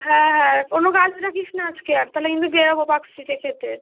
হ্যাঁ হ্যাঁ কোনো কাজ রাখিস না আজকে আর তাহলে কিন্তু বেরোবো পার্কস্ট্রিটে খেতে